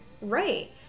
right